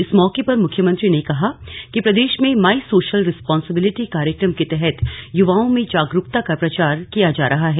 इस मौके पर मुख्यमंत्री ने कहा कि प्रदेश में माई सोशल रिस्पॉन्सिबिलीटी कार्यक्रम के तहत युवाओं में जागरूकता का प्रसार किया जा रहा है